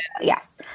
Yes